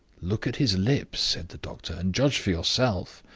look at his lips, said the doctor, and judge for yourself.